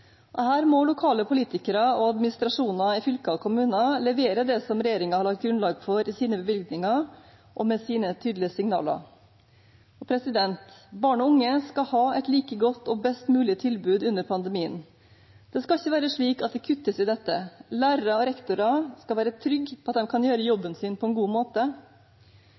Her må lokale politikere og administrasjoner i fylker og kommuner levere det som regjeringen har lagt grunnlag for i sine bevilgninger og med sine tydelige signaler. Barn og unge skal ha et like godt og best mulig tilbud under pandemien. Det skal ikke være slik at det kuttes i dette. Lærere og rektorer skal være trygge på at de kan gjøre jobben sin på en god måte.